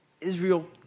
Israel